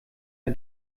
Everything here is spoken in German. der